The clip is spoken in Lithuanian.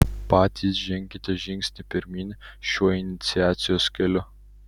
patys ženkite žingsnį pirmyn šiuo iniciacijos keliu